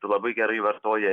tu labai gerai vartoji